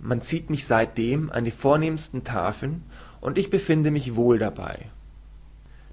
man zieht mich seitdem an die vornehmsten tafeln und ich befinde mich wohl dabei